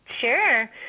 Sure